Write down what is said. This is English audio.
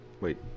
Wait